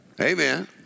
amen